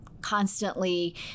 constantly